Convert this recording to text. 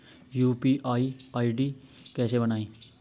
UPI ID कैसे बनाएं?